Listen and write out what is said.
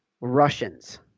Russians